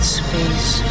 space